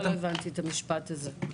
לא הבנתי את המשפט הזה.